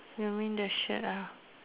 you mean the shirt